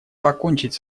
покончить